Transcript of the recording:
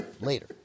Later